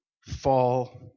fall